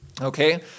okay